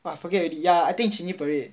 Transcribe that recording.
!wah! forget already ya I think it's changing parade